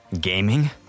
Gaming